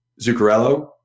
Zuccarello